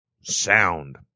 sound